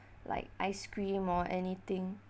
like ice cream or anything